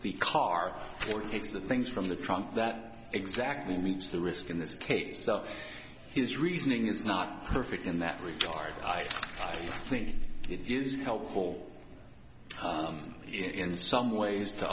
the car or takes the things from the trunk that exactly meets the risk in this case so his reasoning is not perfect in that regard i think it is helpful in some ways to